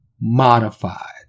modified